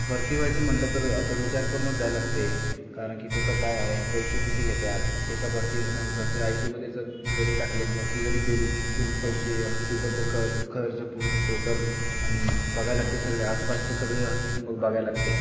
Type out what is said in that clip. भरती व्हायचं म्हटलं तर असं विचार करूनच जाय लागत आहे कारण की कुठं काय आहे पैसे किती घेतात एका भरतीला म्हणजे भरतीला आय सी यूमध्ये जर जरी टाकलेत भरती जरी केलीत तुझं पैसे हॉस्पिटलचं ख खर्च पूर्ण टोटल आणि बघायला लागत आहे सगळे आसपासच्या सगळे हॉस्प मग बघाय लागत आहे